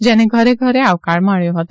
જેને ઘરે ઘરે આવકાર મળ્યો હતો